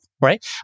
right